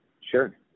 sure